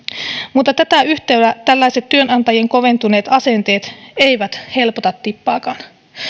mutta tätä yhtälöä tällaiset työnantajien koventuneet asenteet eivät helpota tippaakaan